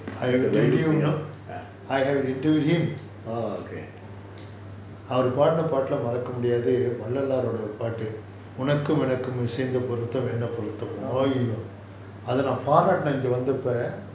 I interviewed know I interviewed him அவரு பாடுன பாட்டு மறக்க முடியாதது வள்ளலார் ஓட பாட்டு உனக்கும் எனக்கும் இசைந்த பொருத்தம் என்ன பொருத்தம் அத நான் பாராட்டுனேன் இங்க வந்த அப்பா:avaru paaduna paatu maraka mudiyathathu vallalar oda paatu unnakum ennakum isaintha porutham enna porutham atha naan paaratunaen inga vantha appa